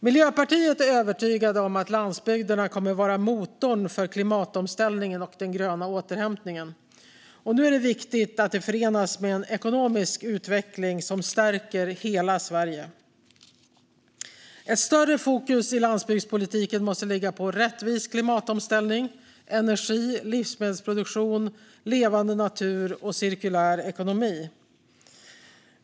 Miljöpartiet är övertygade om att landsbygderna kommer att vara motorn för klimatomställningen och den gröna återhämtningen. Nu är det viktigt att det förenas med en ekonomisk utveckling som stärker hela Sverige. Ett större fokus i landsbygdspolitiken måste ligga på rättvis klimatomställning, energi, livsmedelsproduktion, levande natur och cirkulär ekonomi.